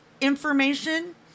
information